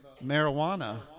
marijuana